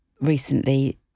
recently